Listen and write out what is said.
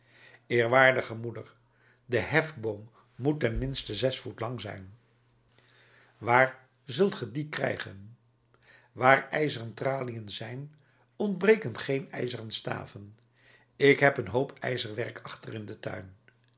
eerwaardige moeder de hefboom moet ten minste zes voet lang zijn waar zult ge dien krijgen waar ijzeren traliën zijn ontbreken geen ijzeren staven ik heb een hoop ijzerwerk achter in den tuin